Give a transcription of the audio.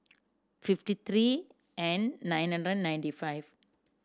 fifty three and nine hundred ninety five